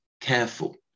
careful